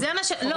זה מה שכתוב.